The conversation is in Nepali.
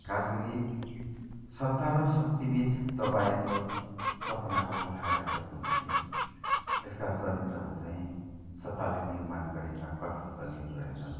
खास गरी सत्ता र शक्तिबिच दबाएको सपनाको कथा रहेछ फुलाङ्गे यसका चरित्रहरू चाहिँ सत्ताले निर्माण गरेका कठपुतलीहरू रहेछन्